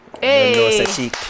Hey